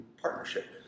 partnership